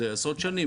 זה עשרות שנים.